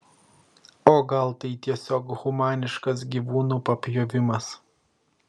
o gal tai tiesiog humaniškas gyvūnų papjovimas